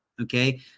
Okay